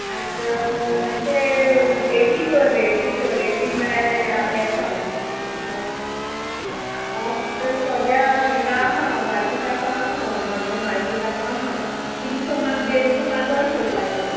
आत मातशें एटी कर रे एटी कर रेटी म्हळ्यार येता हांव आत सोद्या हिंगा आहा मार्केटाकूय आहा मडगो मार्केटाकू आहा तिंग सोमाक गेन तूं माजोडा सोडपाचें